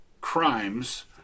crimes